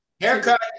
haircut